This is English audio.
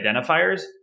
identifiers